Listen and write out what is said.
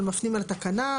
אבל מפנים לתקנה.